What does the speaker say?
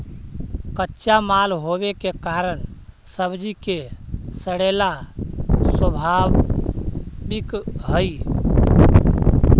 कच्चा माल होवे के कारण सब्जि के सड़ेला स्वाभाविक हइ